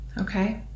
Okay